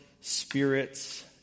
Spirit's